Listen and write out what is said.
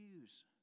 use